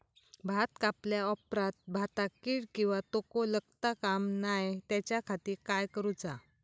भात कापल्या ऑप्रात भाताक कीड किंवा तोको लगता काम नाय त्याच्या खाती काय करुचा?